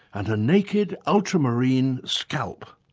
and a naked ultramarine scalp.